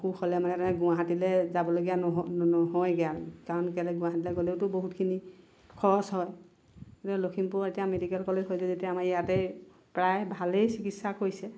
অসুখ হ'লে তাৰমানে গুৱাহাটীলৈ যাবলগীয়া নহয়গৈ আৰু কাৰণ কেইলৈ গুৱাহাটীলৈ গ'লেওতো বহুত খিনি খৰচ হয় গতিকে লক্ষিমপুৰতো এতিয়া মেডিকেল কলেজ হৈছে যেতিয়া আমাৰ ইয়াতে প্ৰায় ভালেই চিকিৎসা কৰিছে